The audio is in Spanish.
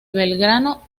belgrano